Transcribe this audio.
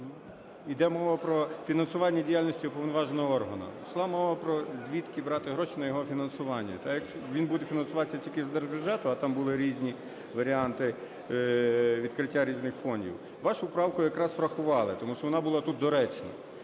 Іде мова про фінансування діяльності уповноваженого органу. Ішла мова про звідки брати гроші на його фінансування. Так як він буде фінансуватися тільки з держбюджету, а там були різні варіанти відкриття різних фондів, вашу правку якраз врахували, тому що вона була тут доречна.